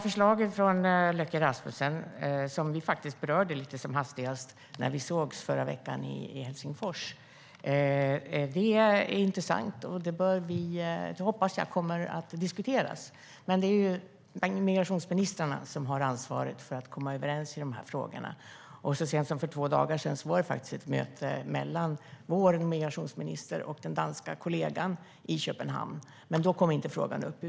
Förslaget från Løkke Rasmussen, som vi berörde som hastigast när vi sågs förra veckan i Helsingfors, är intressant. Jag hoppas att förslaget kommer att diskuteras. Men det är migrationsministrarna som har ansvaret för att komma överens i frågorna. Så sent som för två dagar sedan var det ett möte mellan vår migrationsminister och den danska kollegan i Köpenhamn, men då kom inte frågan upp.